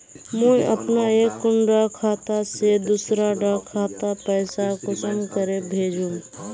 मुई अपना एक कुंडा खाता से दूसरा डा खातात पैसा कुंसम करे भेजुम?